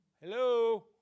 Hello